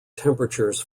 temperatures